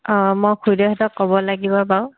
অঁ মই খুৰীদেউহঁতক ক'ব লাগিব বাৰু